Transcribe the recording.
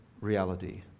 reality